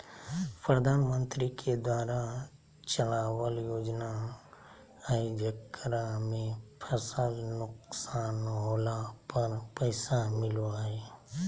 प्रधानमंत्री के द्वारा चलावल योजना हइ जेकरा में फसल नुकसान होला पर पैसा मिलो हइ